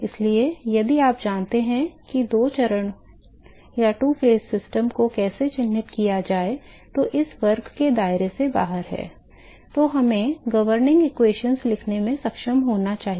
इसलिए यदि आप जानते हैं कि दो चरण प्रणाली को कैसे चिह्नित किया जाए जो इस वर्ग के दायरे से बाहर है तो हमें गवर्निंग समीकरण लिखने में सक्षम होना चाहिए